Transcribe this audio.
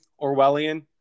Orwellian